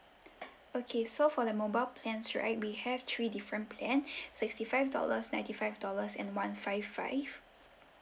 okay so for the mobile plans right we have three different plan sixty five dollars ninety five dollars and one five five